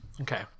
Okay